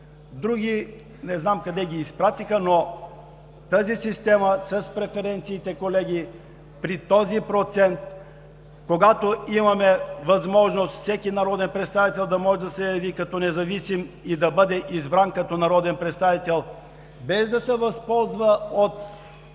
други не знам къде ги изпратиха, но тази система с преференциите, колеги, при този процент, когато имаме възможност всеки народен представител да може да се яви като независим и да бъде избран като народен представител, без да се възползва от